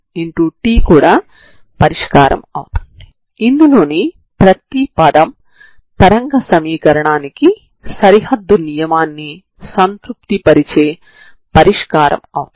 కాబట్టి 0u2ξη dξu2 ηη u2η 0η సమీకరణంలో కుడిచేతివైపు 14c2 0hξηdξ అవుతుంది